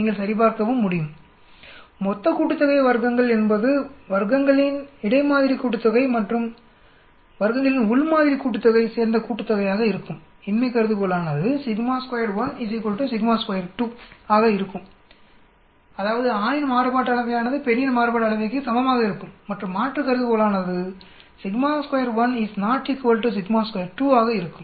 நீங்கள் சரிபார்க்கவும் முடியும் வர்க்கங்களின் மொத்த கூட்டுத்தொகை என்பது வர்க்கங்களின் இடை மாதிரிகள் கூட்டுத்தொகை மற்றும் வர்க்கங்களின் உள் மாதிரி கூட்டுத்தொகையின் சேர்ந்த கூட்டுத்தொகையாக இருக்கும் இன்மை கருதுகோளானது ஆக இருக்கும் அதாவது ஆணின் மாறுபாட்டு அளவையானது பெண்ணின் மாறுபாட்டு அளவைக்கு சமமாக இருக்கும் மற்றும் மாற்று கருதுகோளானது ஆக இருக்கும்